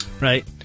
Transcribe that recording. right